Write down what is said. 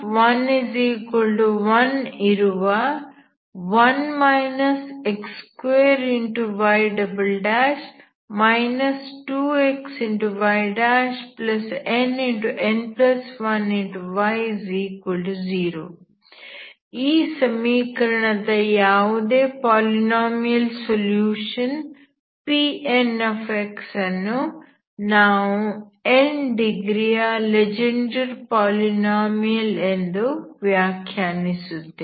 Pn11 ಇರುವ y 2xynn1y0 ಈ ಸಮೀಕರಣದ ಯಾವುದೇ ಪಾಲಿನಾಮಿಯಲ್ ಸೊಲ್ಯೂಷನ್ Pn ಅನ್ನು ನಾವು n ಡಿಗ್ರಿಯ ಲೆಜೆಂಡರ್ ಪಾಲಿನಾಮಿಯಲ್ ಎಂದು ವ್ಯಾಖ್ಯಾನಿಸುತ್ತೇವೆ